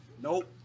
Nope